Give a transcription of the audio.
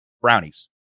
brownies